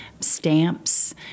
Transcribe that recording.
Stamps